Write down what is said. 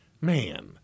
man